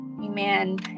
amen